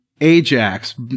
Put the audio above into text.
Ajax